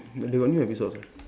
but they got new episodes ah